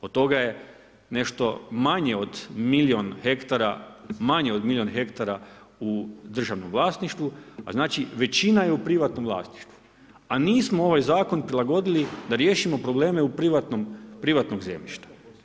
Od toga je nešto manje od milijun hektara, manje od milijun hektara u državnom vlasništvu, a znači većina je u privatnom vlasništvu a nismo ovaj zakon prilagodili da riješimo probleme privatnog zemljišta.